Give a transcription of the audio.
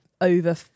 over